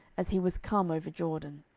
as he was come over jordan